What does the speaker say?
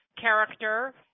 character